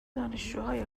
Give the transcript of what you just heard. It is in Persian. دانشجوهای